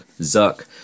Zuck